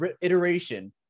iteration